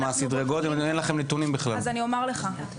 אני אומר לך.